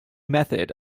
method